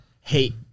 Hate